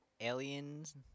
aliens